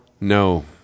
No